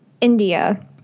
India